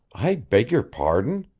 i beg your pardon!